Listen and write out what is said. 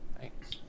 Thanks